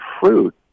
fruit